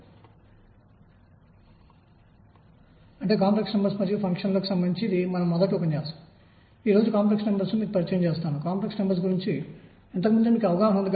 quantization ఆలోచనను ప్రవేశపెట్టాము మరియు నేను వికిరణంను ఇచ్చే ఆసిలేటర్ డోలకం లేదా యాంత్రిక డోలకం మధ్య తేడాను గుర్తించలేదు